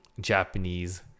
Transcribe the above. Japanese